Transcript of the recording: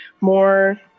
more